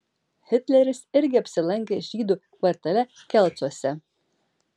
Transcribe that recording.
hitleris irgi apsilankė žydų kvartale kelcuose